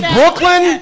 Brooklyn